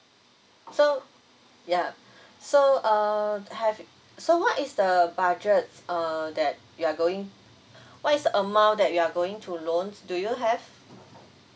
so ya so err have so what is the budget err that you are going what is the amount that you are going to loan do you have